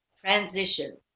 transition